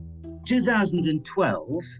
2012